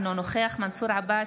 אינו נוכח מנסור עבאס,